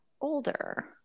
older